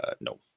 No